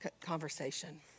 conversation